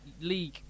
league